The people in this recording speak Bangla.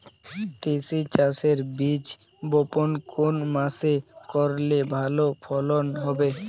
তিসি চাষের বীজ বপন কোন মাসে করলে ভালো ফলন হবে?